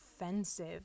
offensive